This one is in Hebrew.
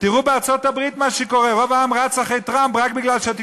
המצב שאליו הגענו,